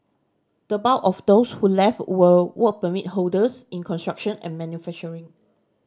the bulk of those who left were work permit holders in construction and manufacturing